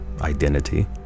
identity